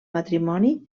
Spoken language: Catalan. matrimoni